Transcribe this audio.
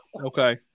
Okay